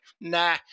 nah